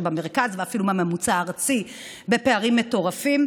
במרכז ואפילו מהממוצע הארצי בפערים מטורפים.